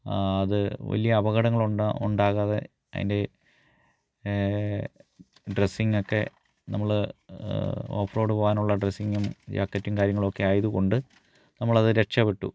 അത് വലിയ അപകടങ്ങൾ ഉണ്ടാകാതെ അതിൻ്റെ ഡ്രസിങ്ങൊക്കെ നമ്മൾ ഓഫ് റോഡ് പോകാനുള്ള ഡ്രസ്സിങ്ങും ജാക്കറ്റും കാര്യങ്ങളുമൊക്കെ ആയതുകൊണ്ട് നമ്മൾ അതു രക്ഷപ്പെട്ടു